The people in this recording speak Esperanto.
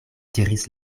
diris